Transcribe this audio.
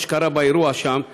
מה שקרה באירוע שם,